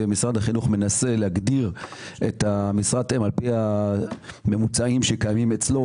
משרד החינוך מנסה להגדיר את משרת האם על פי הממוצעים שקיימים אצלו,